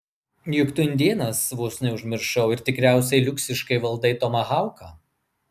juk tu indėnas vos neužmiršau ir tikriausiai liuksiškai valdai tomahauką